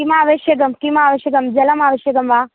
किमावश्यकं किमावश्यकं जलम् आवश्यकं वा